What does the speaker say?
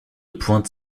pointe